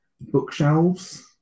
Bookshelves